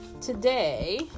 today